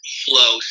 flow